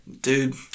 Dude